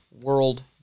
world